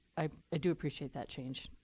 i ah do appreciate that change.